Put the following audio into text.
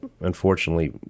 unfortunately